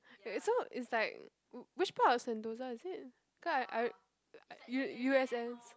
wait so it's like which part of Sentosa is it cause I I U u_s_s